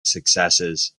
successes